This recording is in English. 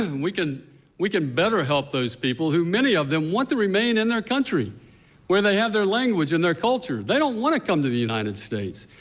we can we can better help those people who many of them want to remain in their country where they have their language and their culture, they don't want to come to the united states.